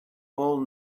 all